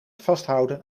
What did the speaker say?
vasthouden